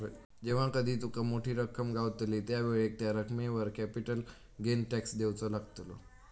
जेव्हा कधी तुका मोठी रक्कम गावतली त्यावेळेक त्या रकमेवर कॅपिटल गेन टॅक्स देवचो लागतलो